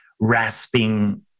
rasping